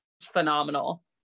phenomenal